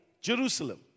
Jerusalem